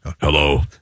Hello